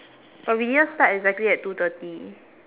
but we didn't start exactly at two thirty